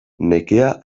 nekea